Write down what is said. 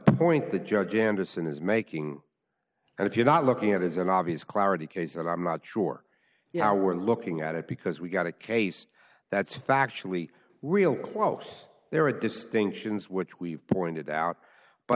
point the judge anderson is making and if you're not looking at is an obvious clarity case and i'm not sure you know we're looking at it because we've got a case that's factually real close there are distinctions which we've pointed out but